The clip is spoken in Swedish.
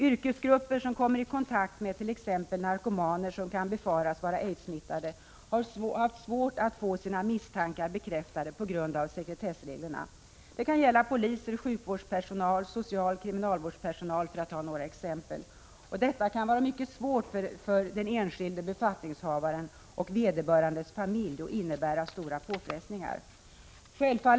Yrkesgrupper som kommer i kontakt med t.ex. narkomaner som kan befaras vara aidssmittade har svårt att få sina misstankar bekräftade på grund av sekretessregler. Detta kan gälla poliser, sjukvårdspersonal samt socialoch kriminalvårdspersonal, för att ta några exempel. Detta kan vara mycket svårt för den enskilde befattningshavaren och vederbörandes familj och innebära stora påfrestningar.